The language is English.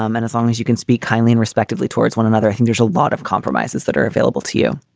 um and as long as you can speak highly in respectfully towards one another, i think there's a lot of compromises that are available to you